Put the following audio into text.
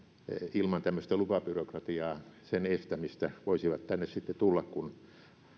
ilman tämmöistä lupabyrokratiaa voisivat tänne sitten tulla kun